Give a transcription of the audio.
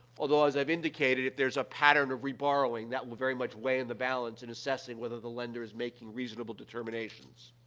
although, as i've indicated, if there's a pattern of reborrowing, that will very much weigh in the balance in assessing whether the lender is making reasonable determinations.